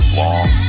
long